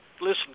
Listen